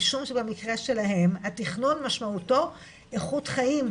משום שבמקרה שלהם התכנון משמעותו איכות חיים,